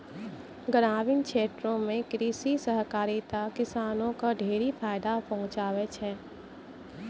ग्रामीण क्षेत्रो म कृषि सहकारिता किसानो क ढेरी फायदा पहुंचाबै छै